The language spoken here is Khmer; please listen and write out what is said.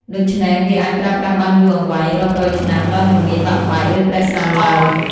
ដូច្នេះ វាអាចប្រើប្រាស់បានយូរអង្វែងរាប់រយឆ្នាំដោយមិនងាយបាក់បែក ឬប្រេះស្រាំឡើយ។